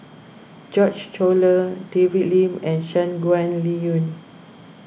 George Collyer David Lim and Shangguan Liuyun